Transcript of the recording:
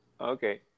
Okay